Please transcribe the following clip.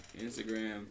Instagram